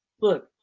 Look